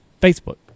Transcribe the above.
Facebook